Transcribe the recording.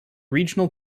regional